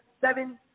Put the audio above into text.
seven